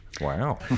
Wow